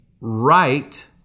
right